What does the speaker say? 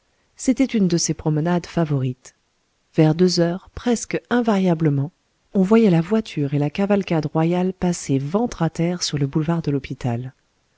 c'était une de ses promenades favorites vers deux heures presque invariablement on voyait la voiture et la cavalcade royale passer ventre à terre sur le boulevard de l'hôpital